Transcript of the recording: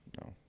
No